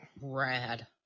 Rad